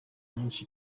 nyinshi